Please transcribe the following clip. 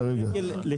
עצמכם.